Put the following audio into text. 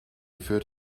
führt